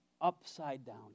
upside-down